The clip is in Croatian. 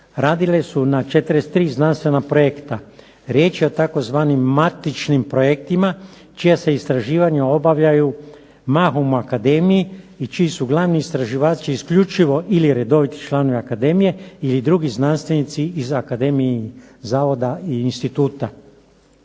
radile su na 43 znanstvena projekta. Riječ je o tzv. matičnim projektima čija se istraživanja obavljaju mahom u akademiji i čiji su glavni istraživači isključivo ili redoviti članovi akademije ili drugi znanstvenici iz akademijinih zavoda i instituta.